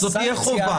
זו תהיה חובה,